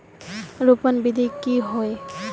रोपण विधि की होय?